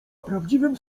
prawdziwym